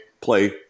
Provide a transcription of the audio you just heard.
play